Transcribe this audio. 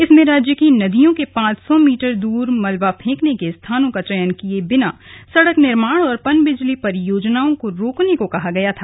इसमें राज्य की नदियों के पांच सौ मीटर दूर मलबा फेंकने के स्थानों का चयन किये बिना सड़क निर्माण और पनबिजली परियोजनाओं को रोकने को कहा गया था